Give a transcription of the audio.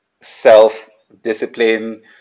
self-discipline